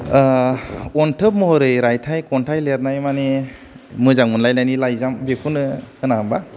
अनथोब महरै रायथाइ खन्थाइ लिरनाय माने मोजां मोनलायनायनि लाइजाम बेखौनो होना होमबा